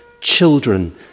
children